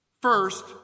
First